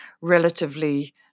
relatively